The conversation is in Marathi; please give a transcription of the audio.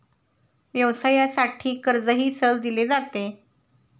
व्यवसायासाठी कर्जही सहज दिले जाते